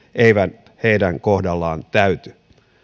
eivät heidän kohdallaan täyty